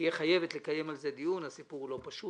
תהיה חייבת לקיים על זה דיון, הסיפור הוא לא פשוט.